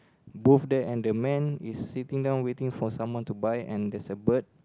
booth there and there is someone waiting for someone to buy